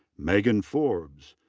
megan forbes.